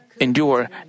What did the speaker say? endure